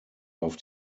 auf